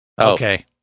Okay